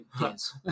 yes